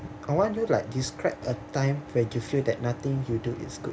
I want you like describe a time where you feel that nothing you do is good